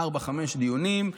ארבעה-חמישה דיונים,